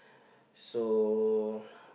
so